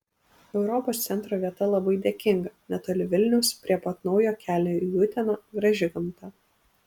europos centro vieta labai dėkinga netoli vilniaus prie pat naujo kelio į uteną graži gamta